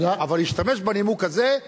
אבל להשתמש בנימוק הזה,